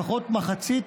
לפחות מחצית,